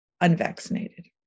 unvaccinated